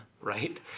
right